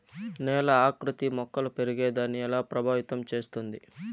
నేల ఆకృతి మొక్కలు పెరిగేదాన్ని ఎలా ప్రభావితం చేస్తుంది?